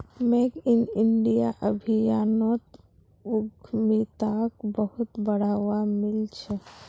make in India अभियानोत उद्यमिताक बहुत बढ़ावा मिल छ